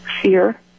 Fear